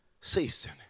season